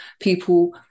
people